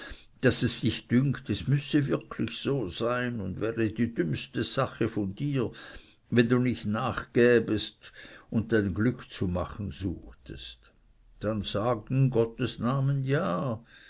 daß es dich dünkt es müsse wirklich so sein und es wäre die dümmste sache von dir wenn du nicht nachgäbest und dein glück zu machen suchtest dann sag in gottes namen ja